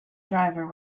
driver